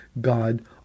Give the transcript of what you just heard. God